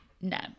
No